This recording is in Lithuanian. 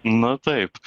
nu taip